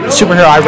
superhero